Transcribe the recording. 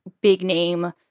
big-name